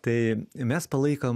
tai mes palaikom